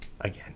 again